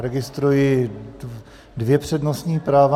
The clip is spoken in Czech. Registruji dvě přednostní práva.